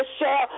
Michelle